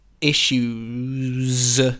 issues